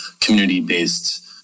community-based